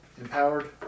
Empowered